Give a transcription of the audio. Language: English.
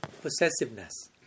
possessiveness